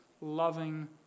loving